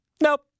nope